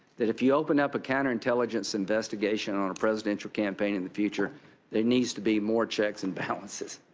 that if you open up a counter intelligence investigation on a presidential campaign in the future there needs to be more checks and balances.